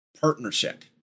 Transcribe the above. partnership